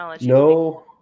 no